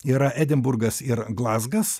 yra edinburgas ir glazgas